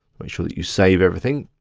make sure that you save everything.